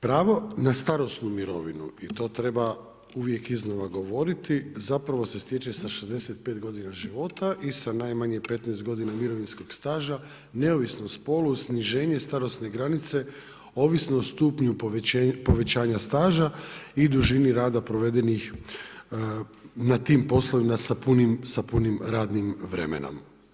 Pravo na starosnu mirovinu i to treba uvijek iznova govoriti, zapravo se stječe sa 65 godina života i sa najmanje 15 godina mirovinskog staža, neovisno o spolu, sniženje starosne granice, ovisno o stupnju povećanja staža i dužini rada provedenih na tim poslovima sa punim radnim vremenom.